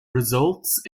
results